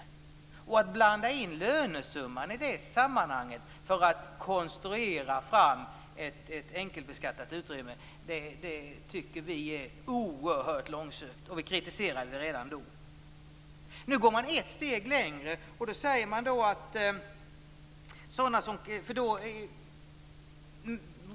Vi tycker att det är oerhört långsökt att då blanda in lönesumman i det sammanhanget för att konstruera fram ett enkelbeskattat utrymme. Vi kritiserade det redan då. Nu går man ett steg längre.